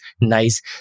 nice